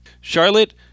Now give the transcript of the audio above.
Charlotte